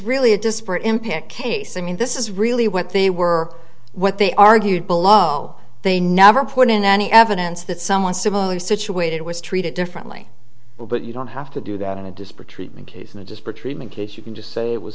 really a disparate impact case i mean this is really what they were what they argued below they never put in any evidence that someone similarly situated was treated differently but you don't have to do that in a disparate treatment case and a disparate treatment case you can just say